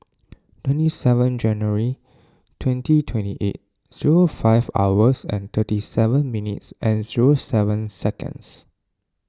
twenty seven January twenty twenty eight zero five hours and thirty seven minutes and zero seven seconds